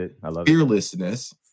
fearlessness